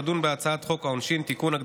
תדון בהצעת חוק העונשין (תיקון,